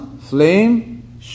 flame